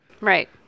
Right